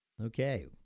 Okay